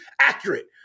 accurate